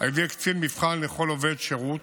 על ידי קצין מבחן לכל עובד שירות